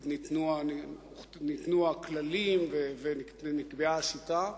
ניתנו הכללים ונקבעה השיטה.